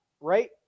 right